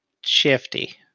shifty